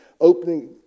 opening